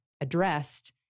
addressed